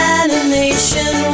animation